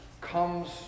comes